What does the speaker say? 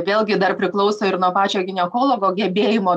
vėlgi dar priklauso ir nuo pačio ginekologo gebėjimo